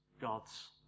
God's